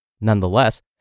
Nonetheless